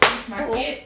oo oo